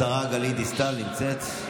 השרה גלית דיסטל נמצאת?